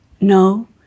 No